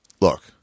Look